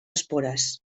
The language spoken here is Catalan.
espores